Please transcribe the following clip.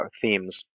themes